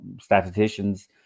statisticians